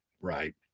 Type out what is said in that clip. Right